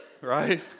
right